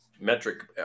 metric